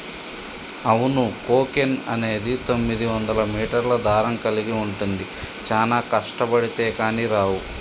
అవును కోకెన్ అనేది తొమ్మిదివందల మీటర్ల దారం కలిగి ఉంటుంది చానా కష్టబడితే కానీ రావు